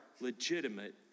legitimate